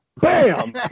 Bam